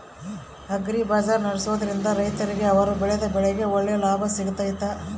Agri bazaar ನಡೆಸ್ದೊರಿಂದ ರೈತರಿಗೆ ಅವರು ಬೆಳೆದ ಬೆಳೆಗೆ ಒಳ್ಳೆ ಲಾಭ ಆಗ್ತೈತಾ?